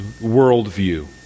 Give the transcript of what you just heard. worldview